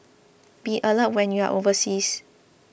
be alert when you are overseas